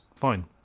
fine